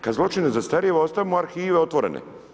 Kad zločin ne zastarijeva, ostavimo arhive otvorene.